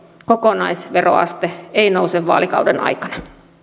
kokonaisveroaste ei nouse vaalikauden aikana